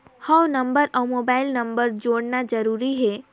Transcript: हव नंबर अउ mobile number जोड़ना जरूरी हे?